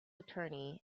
attorney